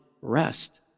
rest